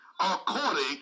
according